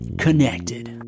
connected